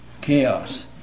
chaos